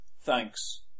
Thanks